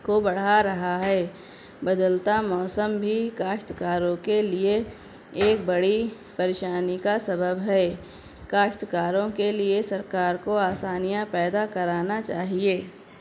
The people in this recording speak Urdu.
کو بڑھا رہا ہے بدلتا موسم بھی کاشتکاروں کے لیے ایک بڑی پریشانی کا سبب ہے کاشتکاروں کے لیے سرکار کو آسانیاں پیدا کرانا چاہیے